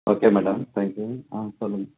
okay madam thank you ஆ சொல்லுங்கள்